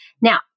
Now